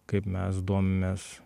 kaip mes domimės